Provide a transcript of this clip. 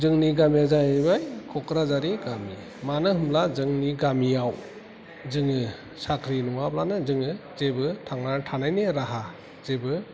जोंनि गामिया जाहैबाय क'क्राझारि गामि मानो होमब्ला जोंनि गामियाव जोङो साख्रि नङाब्लानो जोङो जेबो थांनानै थानायनि राहा जेबो